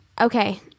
Okay